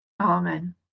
amen